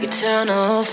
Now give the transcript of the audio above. Eternal